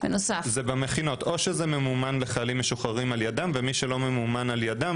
או שזה ממומן לחיילים משוחררים על ידם ומי שלא ממומן על ידם,